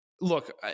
Look